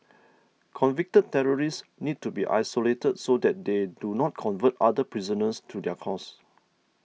convicted terrorists need to be isolated so that they do not convert other prisoners to their cause